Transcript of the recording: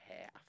half